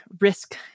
risk